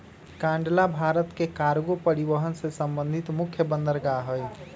कांडला भारत के कार्गो परिवहन से संबंधित मुख्य बंदरगाह हइ